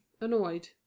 annoyed